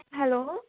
hello